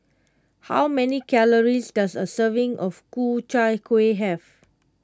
how many calories does a serving of Ku Chai Kueh have